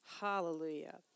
Hallelujah